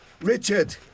Richard